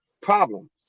problems